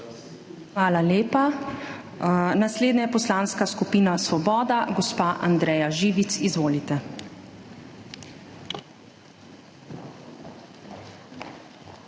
Hvala lepa. Naslednja je Poslanska skupina Svoboda. Gospa Andreja Živic, izvolite.